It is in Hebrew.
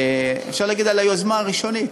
אפשר להגיד על היוזמה הראשונית,